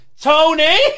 Tony